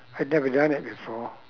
I'd never done it before